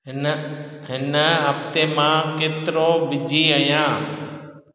हिन हिन हफ़्ते मां केतिरो बिजी आहियां